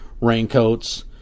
raincoats